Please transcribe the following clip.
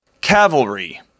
cavalry